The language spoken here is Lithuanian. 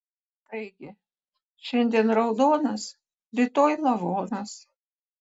taigi šiandien raudonas rytoj lavonas